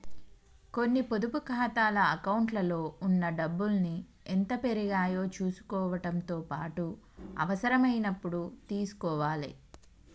కొన్ని పొదుపు ఖాతాల అకౌంట్లలో ఉన్న డబ్బుల్ని ఎంత పెరిగాయో చుసుకోవడంతో పాటుగా అవసరమైనప్పుడు తీసుకోవాలే